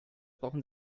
brauchen